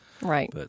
Right